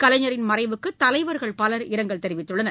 கலைஞரின் மறைவுக்கு தலைவர்கள் இரங்கல் தெரிவித்துள்ளனர்